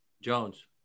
Jones